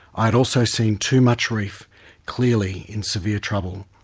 i had also seen too much reef clearly in severe trouble.